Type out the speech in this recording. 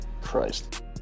Christ